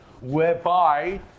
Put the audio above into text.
whereby